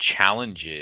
challenges